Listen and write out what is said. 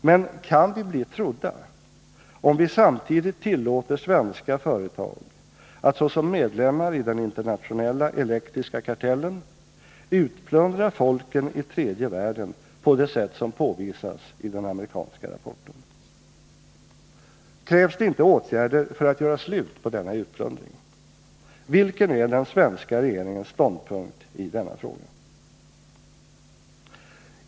Men kan vi bli trodda om vi samtidigt tillåter svenska företag att såsom medlemmar i den internationella elektriska kartellen utplundra folken i tredje världen på det sätt som påvisas i den amerikanska rapporten? Krävs det inte åtgärder för att göra slut på denna utplundring? Vilken är den svenska regeringens ståndpunkt i denna fråga?